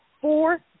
four